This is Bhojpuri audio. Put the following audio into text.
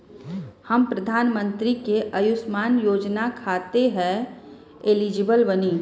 हम प्रधानमंत्री के अंशुमान योजना खाते हैं एलिजिबल बनी?